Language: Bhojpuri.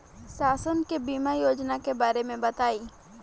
शासन के बीमा योजना के बारे में बताईं?